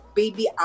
baby